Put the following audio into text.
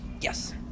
Yes